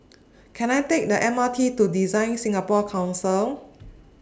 Can I Take The M R T to DesignSingapore Council